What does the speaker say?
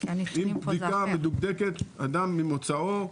עם בדיקה מדוקדקת, אדם עם מוצאו,